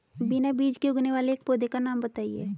बिना बीज के उगने वाले एक पौधे का नाम बताइए